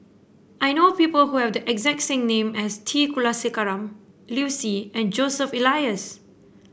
I know people who have the exact same name as T Kulasekaram Liu Si and Joseph Elias